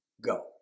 go